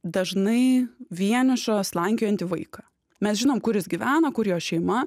dažnai vienišą slankiojantį vaiką mes žinom kur jis gyvena kur jo šeima